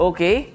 Okay